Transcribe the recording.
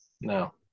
No